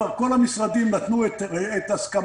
כבר כל המשרדים נתנו את הסכמתם,